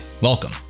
welcome